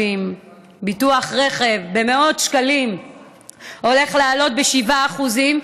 ביטוח רכב הולך לעלות ב-7% במאות שקלים,